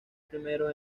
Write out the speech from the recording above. primero